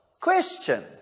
question